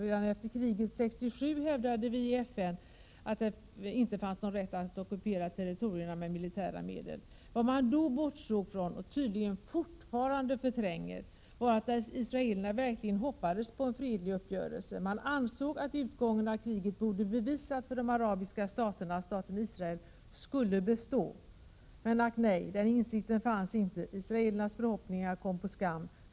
Redan efter kriget 1967 hävdade Sverige i FN att det inte fanns någon rätt att ockupera territorierna med militära medel. Vad man då bortsåg från, och tydligen fortfarande förtränger, var att israelerna verkligen hoppades på en fredlig uppgörelse. Israelerna ansåg att utgången av kriget borde ha bevisat för de arabiska staterna att staten Israel skulle bestå. Men, ack nej, den insikten fanns inte, israelernas förhoppningar kom på skam.